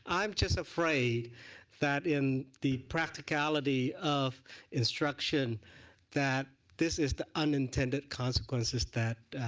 i am just afraid that in the practicality of instruction that this is the unintended consequences that